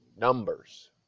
numbers